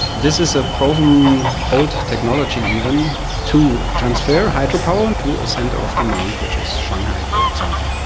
this is a proven, um old technology even to transfer hydropower to a centre of demand which is shanghai, for example.